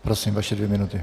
Prosím, vaše dvě minuty.